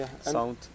sound